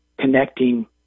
connecting